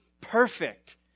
perfect